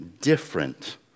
different